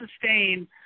sustain